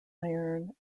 iron